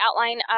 outline